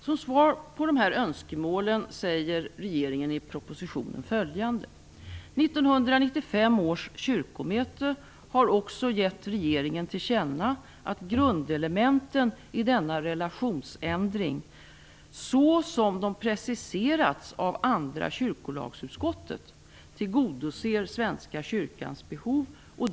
Som svar på dessa önskemål säger regeringen följande i propositionen: 1995 års kyrkomöte har också gett regeringen till känna att grundelementen i denna relationsändring så som de preciserats av andra kyrkolagsutskottet tillgodoser Svenska kyrkans behov.